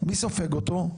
מי סופג אותו?